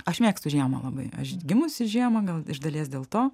aš mėgstu žiemą labai aš gimusi žiemą gal iš dalies dėl to